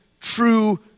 true